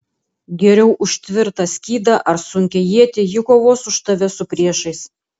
geriau už tvirtą skydą ar sunkią ietį ji kovos už tave su priešais